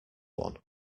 one